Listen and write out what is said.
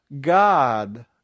God